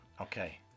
Okay